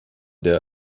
der